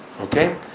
Okay